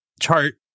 chart